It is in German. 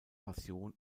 passion